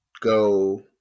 go